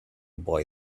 boy